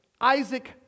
Isaac